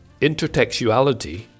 intertextuality